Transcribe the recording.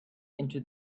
into